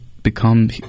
become